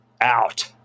out